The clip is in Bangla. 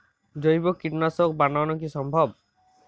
জৈব কীটনাশক বানানো কি সম্ভব?